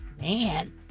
man